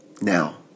now